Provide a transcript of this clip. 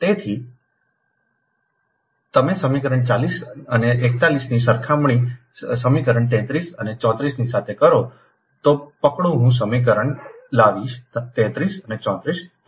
તેથી તમે સમીકરણ 40 અને 41 ની સરખામણી સમીકરણ 33 અને 34 ની સાથે કરો તો પકડો હું સમીકરણ લાવીશ 33 અને 34 ફક્ત પકડી રાખો